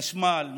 חשמל,